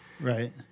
right